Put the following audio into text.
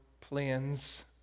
plans